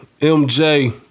MJ